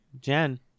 Jen